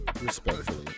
respectfully